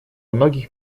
многих